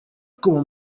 kuba